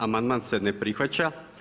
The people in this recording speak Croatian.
Amandman se ne prihvaća.